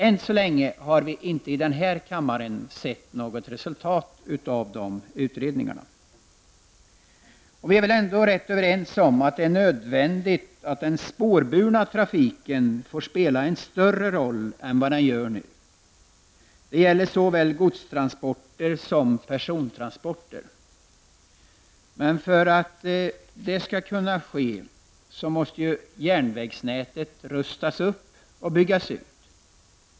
I denna kammare har vi ännu inte sett något resultat av dessa utredningar. Vi är väl ändå rätt överens om att det är nödvändigt att den spårburna trafiken får spela en större roll än vad den gör nu. Det gäller såväl godstranporter som persontransporter. Men för att detta skall kunna ske måste järnvägsnätet rustas upp och byggas ut.